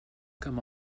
come